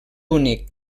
únic